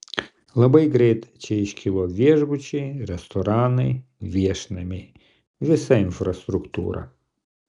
labai greit čia iškilo viešbučiai restoranai viešnamiai visa infrastruktūra